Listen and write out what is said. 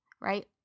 right